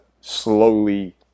slowly